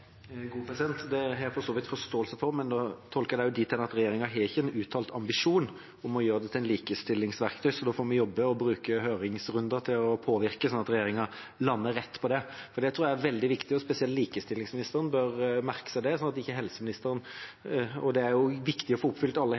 har jeg for så vidt forståelse for, men da tolker jeg det dit hen at regjeringa ikke har en uttalt ambisjon om å gjøre dette til et likestillingsverktøy. Da får vi jobbe og bruke høringsrunder til å påvirke, sånn at regjeringa lander rett når det gjelder dette, for det tror jeg er veldig viktig – og spesielt likestillingsministeren bør merke seg det. Det er viktig å få oppfylt alle helsebehovene, men det er jo